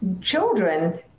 children